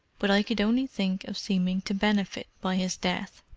but i could only think of seeming to benefit by his death.